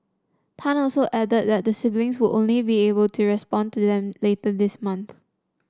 tan also added that the siblings would only be able to respond to them later this month